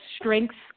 Strengths